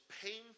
painful